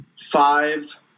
five –